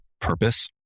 purpose